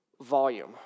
volume